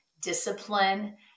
discipline